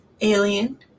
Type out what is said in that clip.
alien